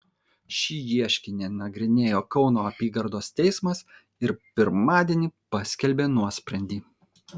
šį ieškinį nagrinėjo kauno apygardos teismas ir pirmadienį paskelbė nuosprendį